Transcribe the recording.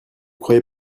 croyez